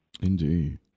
indeed